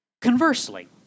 Conversely